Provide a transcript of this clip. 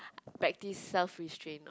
practise self restraint